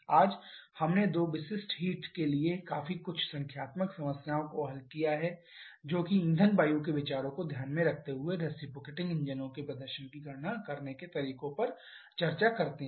आज हमने दो विशिष्ट हीट्स के लिए काफी कुछ संख्यात्मक समस्याओं को हल किया है जो कि ईंधन वायु के विचारों को ध्यान में रखते हुए रिसिप्रोकेटिंग इंजनों के प्रदर्शन की गणना करने के तरीके पर चर्चा करते हैं